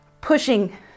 pushing